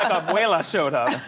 abuela showed up.